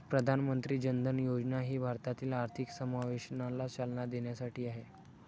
प्रधानमंत्री जन धन योजना ही भारतातील आर्थिक समावेशनाला चालना देण्यासाठी आहे